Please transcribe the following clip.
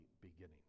beginning